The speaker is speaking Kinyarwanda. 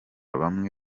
bamwe